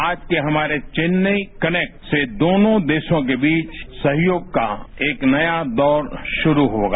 आज के हमारे चेन्नई कनेक्ट से दोनों देशों के बीच सहयोग का एक नया दौर शुरू होगा